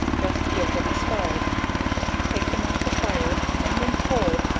just give them a scald take them off the fire, and when cold,